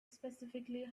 specifically